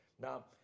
Now